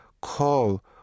call